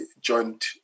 joint